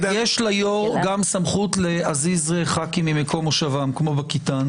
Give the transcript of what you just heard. יש ליושב-ראש גם סמכות להזיז חברי כנסת ממקום מושבם כמו בכיתה.